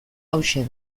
hauxe